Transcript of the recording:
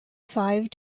five